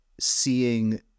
seeing